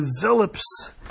develops